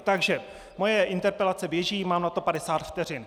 Takže moje interpelace běží, mám na to 50 vteřin.